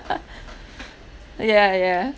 yeah yeah